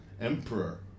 emperor